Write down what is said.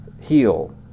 heal